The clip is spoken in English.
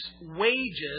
wages